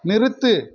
நிறுத்து